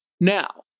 Now